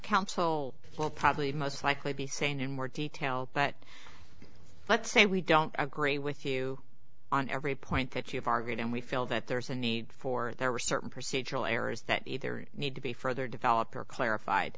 counsel well probably most likely be sane in more detail but let's say we don't agree with you on every point that you've argued and we feel that there's a need for there are certain procedural errors that either need to be further developed or clarified